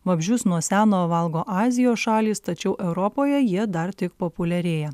vabzdžius nuo seno valgo azijos šalys tačiau europoje jie dar tik populiarėja